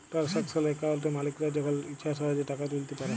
টারালসাকশাল একাউলটে মালিকরা যখল ইছা সহজে টাকা তুইলতে পারে